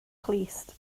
clust